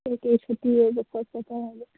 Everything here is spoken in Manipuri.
ꯁꯨꯇꯤ ꯑꯣꯏꯕ ꯈꯣꯠꯄ ꯇꯥꯔꯗꯤ